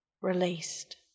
released